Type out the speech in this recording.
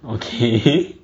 okay